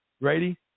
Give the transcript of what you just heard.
Ready